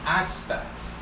aspects